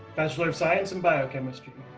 bachelor of science in biochemistry.